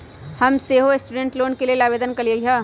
हम सेहो student loan के लेल आवेदन कलियइ ह